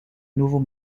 nouveau